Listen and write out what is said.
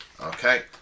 Okay